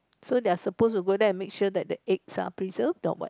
so they're suppose to go there and make sure that the eggs are preserve or what